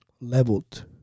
leveled